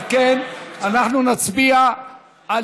אם כן, אנחנו נצביע על